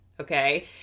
okay